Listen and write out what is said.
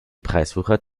preiswucher